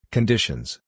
Conditions